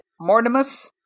mortimus